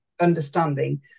understanding